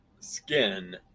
skin